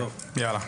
טוב, בסדר.